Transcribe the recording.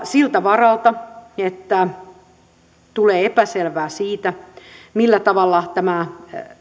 siltä varalta että tulee epäselvää siitä millä tavalla tämä